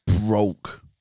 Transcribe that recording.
broke